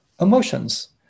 emotions